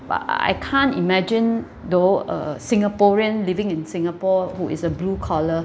but I can't imagine though a singaporean living in singapore who is a blue collar